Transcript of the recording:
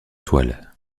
toile